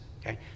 Okay